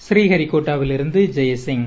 ஸ்ரீஹரிகோட்டாவிலிருந்து Jayasingh